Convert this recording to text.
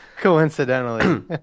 coincidentally